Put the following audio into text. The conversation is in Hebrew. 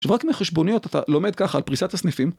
עכשיו רק מחשבוניות אתה לומד ככה על פריסת הסניפים